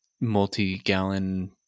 multi-gallon